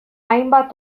hainbat